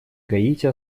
гаити